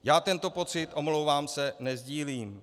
Já tento pocit, omlouvám se, nesdílím.